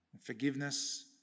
Forgiveness